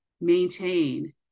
maintain